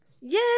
Yay